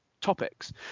topics